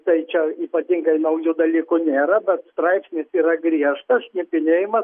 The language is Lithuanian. tai čia ypatingai naujų dalykų nėra bet straipsnis yra griežtas šnipinėjimas